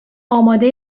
آماده